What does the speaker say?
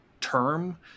term